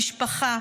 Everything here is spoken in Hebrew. המשפחה,